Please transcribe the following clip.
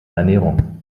ernährung